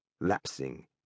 lapsing